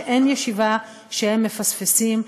שאין ישיבה שהם מפספסים,